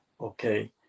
okay